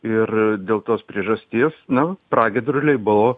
ir dėl tos priežasties na pragiedruliai buvo